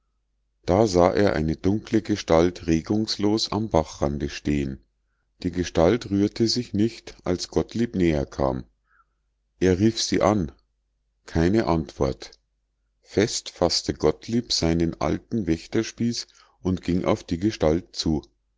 da sah er eine dunkle gestalt regungslos am bachrande stehen die gestalt rührte sich nicht als gottlieb näher kam er rief sie an keine antwort fest faßte gottlieb seinen alten wächterspieß und ging auf die gestalt zu